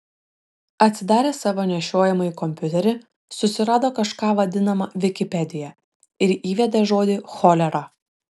atsidaręs savo nešiojamąjį kompiuterį susirado kažką vadinamą vikipedija ir įvedė žodį cholera